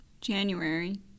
January